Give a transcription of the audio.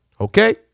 Okay